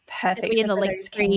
Perfect